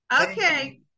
Okay